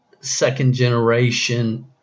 second-generation